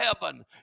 heaven